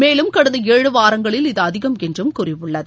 மேலும் கடந்த ஏழு வாரங்களில் இது அதிகம் என்றும் கூறியுள்ளது